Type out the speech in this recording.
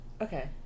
Okay